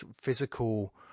physical